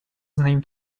named